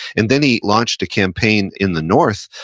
and then he launched a campaign in the north,